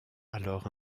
alors